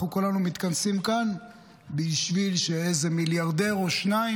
אנחנו כולנו מתכנסים כאן בשביל שאיזה מיליארדר או שניים,